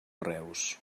reus